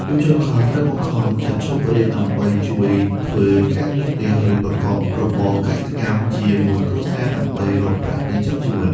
យុវជនខ្លះត្រូវបង្ខំចិត្តឈប់រៀនដើម្បីជួយធ្វើការងារផ្ទះ ឬប្រកបរបរកសិកម្មជាមួយគ្រួសារដើម្បីរកប្រាក់ចិញ្ចឹមជីវិត។